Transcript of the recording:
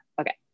Okay